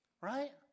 Right